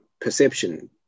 perception